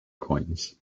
coins